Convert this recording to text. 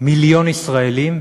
מיליון ישראלים.